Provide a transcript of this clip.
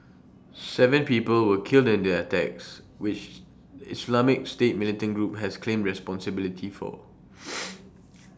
Seven people were killed in the attacks which Islamic state militant group has claimed responsibility for